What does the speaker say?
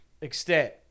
extent